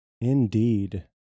Indeed